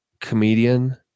comedian